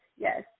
yes